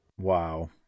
Wow